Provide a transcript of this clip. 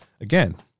again